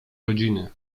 rodziny